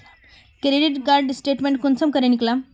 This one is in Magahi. क्रेडिट कार्ड स्टेटमेंट कुंसम करे निकलाम?